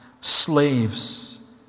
slaves